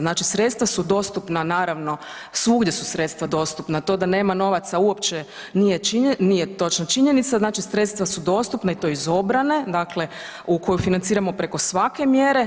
Znači sredstva su dostupna naravno svugdje su sredstva dostupna, to da nema novaca uopće nije točna činjenica, znači sredstva su dostupna i to iz obrane, dakle u koju financiramo preko svake mjere.